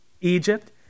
Egypt